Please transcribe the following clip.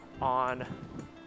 on